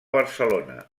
barcelona